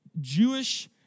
Jewish